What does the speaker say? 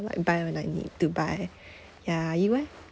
like buy when I need to buy ya you eh